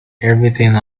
everything